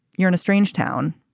you're in a strange town.